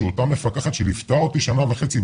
שאותה מפקחת שליוותה אותי שנה וחצי,